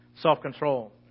self-control